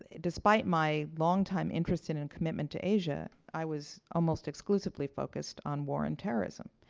despite my longtime interest in and commitment to asia, i was almost exclusively focused on war and terrorism.